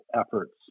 efforts